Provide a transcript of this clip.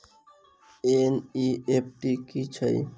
NEFT की छीयै?